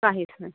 काहीच नाही